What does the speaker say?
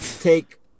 take